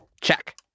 Check